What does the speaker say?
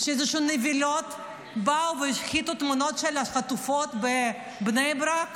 שנבלות באו והשחיתו תמונות של החטופות בבני ברק